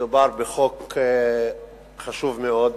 מדובר בחוק חשוב מאוד